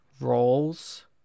roles